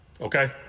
Okay